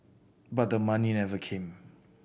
but the money never came